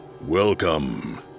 Welcome